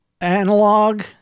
analog